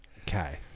Okay